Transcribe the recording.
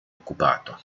occupato